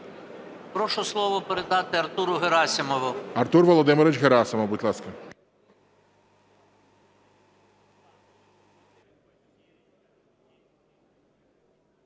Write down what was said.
Прошу слово передати Артуру Герасимову.